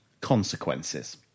consequences